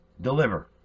deliver